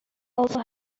also